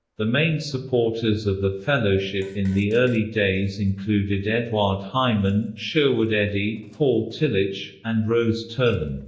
the main supporters of the fellowship in the early days included eduard heimann, sherwood eddy, paul tillich, and rose terlin